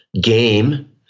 game